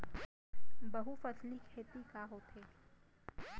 बहुफसली खेती का होथे?